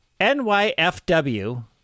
NYFW